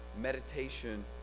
Meditation